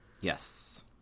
Yes